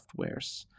softwares